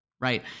right